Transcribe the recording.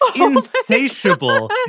Insatiable